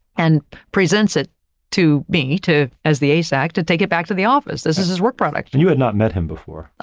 and presents it to me to as the asacs to take it back to the office. this is his work product. and you had not met him before.